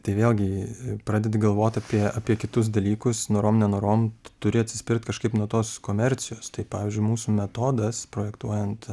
tai vėlgi pradedi galvot apie apie kitus dalykus norom nenorom tu turi atsispirt kažkaip nuo tos komercijos tai pavyzdžiui mūsų metodas projektuojant